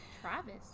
Travis